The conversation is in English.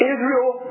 Israel